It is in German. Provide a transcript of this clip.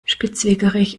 spitzwegerich